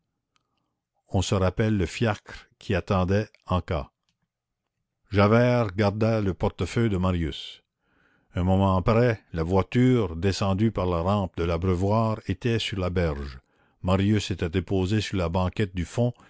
on se rappelle le fiacre qui attendait en cas javert garda le portefeuille de marius un moment après la voiture descendue par la rampe de l'abreuvoir était sur la berge marius était déposé sur la banquette du fond